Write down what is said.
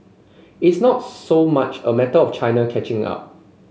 it's not so much a matter of China catching up